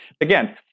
again